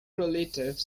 relative